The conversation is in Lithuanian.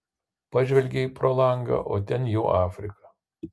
pažvelgei pro langą o ten jau afrika